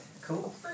Cool